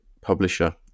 publisher